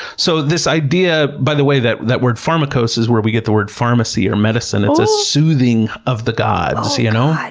so this idea, by the way that that word, pharmakos, is where we get the word pharmacy or medicine. it's a soothing of the gods, you know.